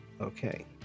Okay